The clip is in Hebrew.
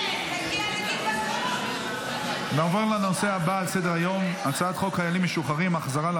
ההצעה להעביר לוועדה את הצעת חוק-יסוד: ישראל,